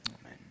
Amen